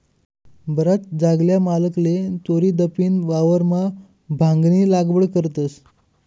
बराच जागल्या मालकले चोरीदपीन वावरमा भांगनी लागवड करतस